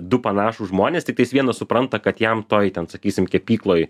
du panašūs žmonės tiktais vienas supranta kad jam toj ten sakysim kepykloj